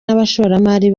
n’abashoramari